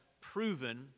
proven